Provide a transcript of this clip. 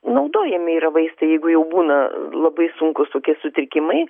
naudojami ir vaistai jeigu jau būna labai sunkūs tokie sutrikimai